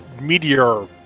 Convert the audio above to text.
Meteor